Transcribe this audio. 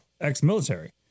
ex-military